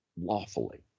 lawfully